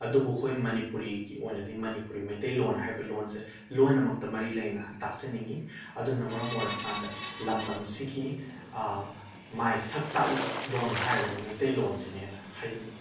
ꯑꯗꯨꯕꯨ ꯑꯩꯈꯣꯏ ꯃꯅꯤꯄꯨꯔꯤꯒꯤ ꯑꯣꯏꯅꯗꯤ ꯃꯅꯤꯄꯨꯔꯤ ꯃꯩꯇꯩꯂꯣꯟ ꯍꯥꯏꯔꯤꯕ ꯂꯣꯟꯁꯦ ꯂꯣꯏꯅꯃꯛꯇ ꯃꯔꯤ ꯂꯩꯅ ꯇꯥꯛꯆꯅꯤꯡꯏ ꯑꯗꯨꯅ ꯃꯔꯝ ꯑꯣꯏꯔꯀꯥꯟꯗ ꯂꯝꯗꯝꯁꯤꯒꯤ ꯃꯥꯏ ꯁꯛ ꯇꯥꯛꯏꯕ ꯂꯣꯟ ꯍꯥꯏꯔꯒꯅ ꯃꯩꯇꯩꯂꯣꯟꯁꯤꯅꯦꯅ ꯍꯥꯏꯖꯅꯤꯡꯏ